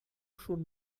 schon